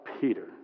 Peter